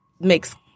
makes